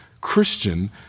Christian